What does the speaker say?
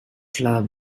club